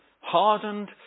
hardened